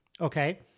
Okay